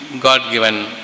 God-given